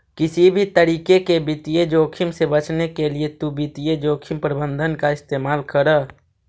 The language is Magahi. किसी भी तरीके के वित्तीय जोखिम से बचने के लिए तु वित्तीय जोखिम प्रबंधन का इस्तेमाल करअ